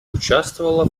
участвовала